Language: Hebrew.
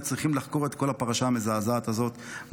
וצריכים לחקור את כל הפרשה המזעזעת הזאת,